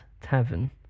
Tavern